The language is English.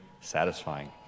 satisfying